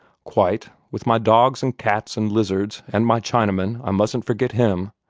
quite with my dogs and cats and lizards and my chinaman. i mustn't forget him.